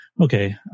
okay